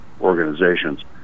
organizations